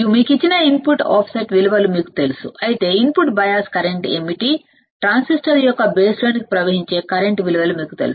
మీకు ఇచ్చిన input of విలువలు తెలుసు ఐతే ట్రాన్సిస్టర్ యొక్క బేస్ లోకి ప్రవహించే కరెంట్ విలువలు మీకు తెలుసు